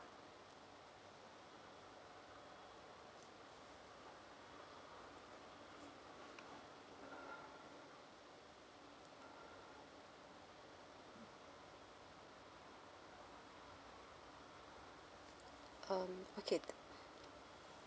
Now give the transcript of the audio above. um okay